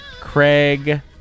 Craig